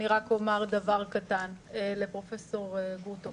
אני רק אומר דבר קטן לפרופ' גרוטו.